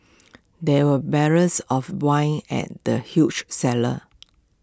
there were barrels of wine in the huge cellar